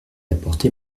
apporter